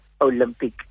Olympic